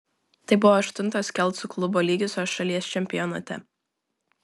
tai buvo aštuntos kelcų klubo lygiosios šalies čempionate